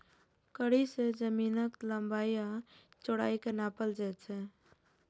कड़ी सं जमीनक लंबाइ आ चौड़ाइ कें नापल जाइ छै